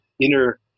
inner